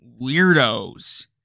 weirdos